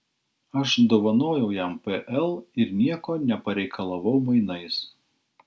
aš dovanojau jam pl ir nieko nepareikalavau mainais